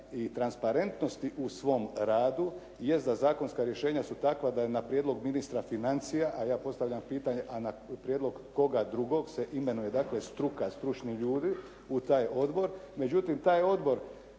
i transparentnosti u svom radu jest da zakonska rješenja su takva da je na prijedlog ministra financija, a ja postavljam pitanje a na prijedlog koga drugog se imenuje, dakle struka, stručni ljudi u taj odbor. Međutim, taj odbor